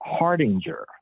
Hardinger